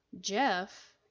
Jeff